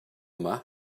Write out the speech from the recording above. yma